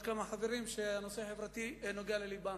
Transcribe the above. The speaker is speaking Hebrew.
כמה חברים שהנושא החברתי נוגע ללבם.